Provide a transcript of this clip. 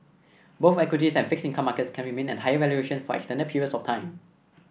both equities and fixed income markets can remain at higher valuations for extended periods of time